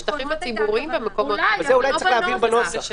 השטחים הציבוריים במקומות --- את זה אולי צריך להבהיר בנוסח.